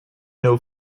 know